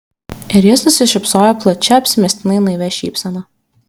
ir jis nusišypsojo plačia apsimestinai naivia šypsena